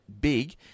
big